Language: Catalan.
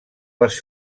les